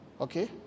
okay